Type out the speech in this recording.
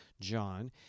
John